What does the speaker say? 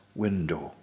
window